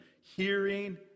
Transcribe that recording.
hearing